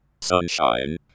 Sunshine